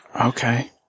Okay